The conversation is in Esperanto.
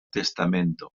testamento